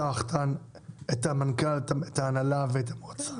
אותה, את המנכ"ל, את ההנהלה ואת המועצה.